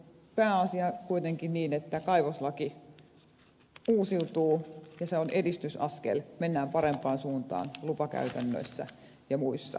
pääasia on kuitenkin että kaivoslaki uusiutuu ja se on edistysaskel mennään parempaan suuntaan lupakäytännöissä ja muissa